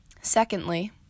Secondly